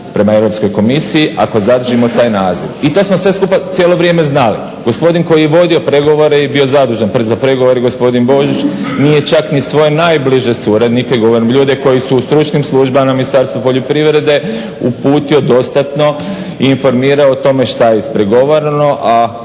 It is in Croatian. prema EU komisiji ako zadržimo taj naziv. I to smo sve skupa cijelo vrijeme znali. Gospodin koji je vodio pregovore je bio zadužen za pregovore gospodin Božić nije čak ni svojoj najbliže suradnike, govorim o ljudima koji su u stručnim službama Ministarstva poljoprivrede uputio dostatno i informirao o tome šta je ispregovarano,